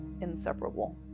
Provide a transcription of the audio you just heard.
inseparable